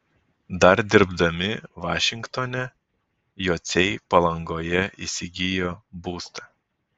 dar dirbdami vašingtone jociai palangoje įsigijo būstą